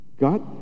God